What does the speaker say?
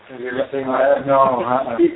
No